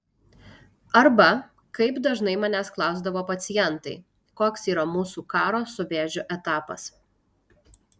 arba kaip dažnai manęs klausdavo pacientai koks yra mūsų karo su vėžiu etapas